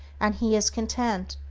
and he is content,